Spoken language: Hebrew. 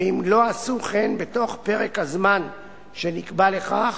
ואם לא עשו כן בתוך פרק הזמן שנקבע לכך,